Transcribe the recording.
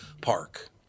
park